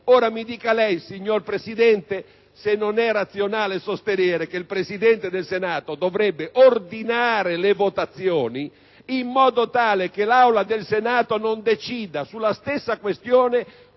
Ora mi dica lei, signor Presidente, se non sia razionale sostenere che il Presidente del Senato debba ordinare le votazioni in modo tale che questa Aula non decida sulla stessa questione